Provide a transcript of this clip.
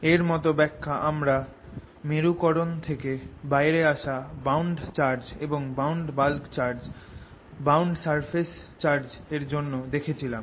এর মত ব্যাখ্যা আমরা মেরুকরণ থেকে বাইরে আসা বাউন্ড চার্জ এবং bound bulk charge bound surface charge এর জন্য দেখেছিলাম